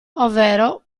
ovvero